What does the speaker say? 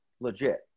legit